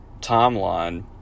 timeline